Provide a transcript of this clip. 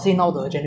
better